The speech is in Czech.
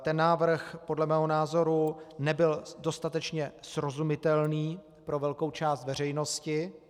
Ten návrh podle mého názoru nebyl dostatečně srozumitelný pro velkou část veřejnosti.